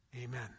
Amen